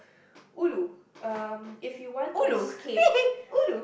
ulu um if you want to escape ulu